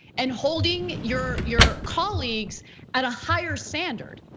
and holding your your colleagues at a higher standard.